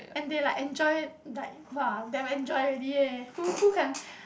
and they like enjoy like !wah! damn enjoy already eh who who can